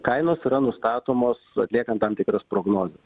kainos yra nustatomos atliekant tam tikras prognozes